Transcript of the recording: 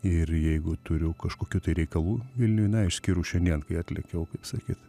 ir jeigu turiu kažkokių reikalų vilniuj na išskyrus šiandien kai atlėkiau kaip sakyt